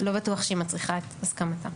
לא בטוח שהיא מצריכה את הסכמתם.